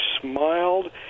smiled